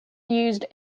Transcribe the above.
used